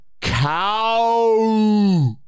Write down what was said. cow